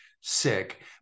sick